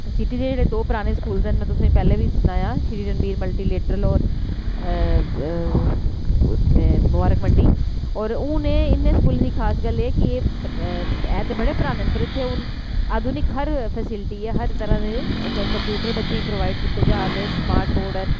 city दे जेह्ड़े दो पराने स्कूल न में तुसें ई पैह्लें बी सनाया श्री रणवीर मल्टी लिट्रल और मुबारख मंडी हून एह् इन्ने स्कूलें दी खास गल्ल ए ऐ ते बड़े पराने न पर इत्थै आधुनिक हर फैसीलिटी ऐ हर तरह् दे कम्पयूटर बच्चें ई प्रोवाइड कीते जा दे स्मार्ट बोर्ड न